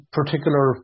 particular